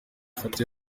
foto